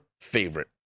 favorite